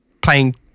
playing